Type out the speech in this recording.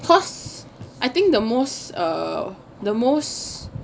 cause I think the most uh the most